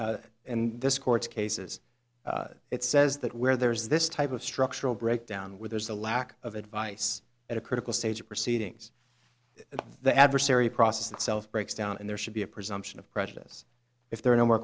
however and this court's cases it says that where there's this type of structural breakdown with there's a lack of advice at a critical stage of proceedings and the adversary process itself breaks down and there should be a presumption of prejudice if there are no more